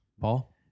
Paul